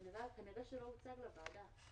כנראה זה לא הוצג לוועדה.